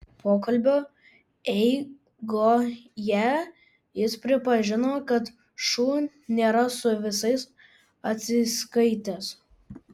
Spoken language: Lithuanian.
pokalbio eigoje jis pripažino kad šu nėra su visais atsiskaitęs